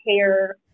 care